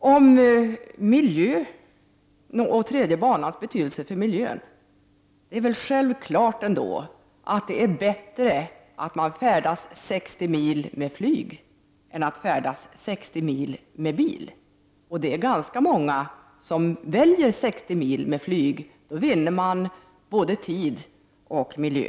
När det gäller miljön och den tredje banans betydelse för miljön är det väl självklart att det är bättre att man färdas 60 mil med flyg än med bil. Det är ganska många som väljer 60 mil med flyg. Då vinner man tid och skonar miljön.